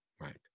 Right